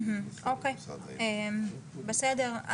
בסדר.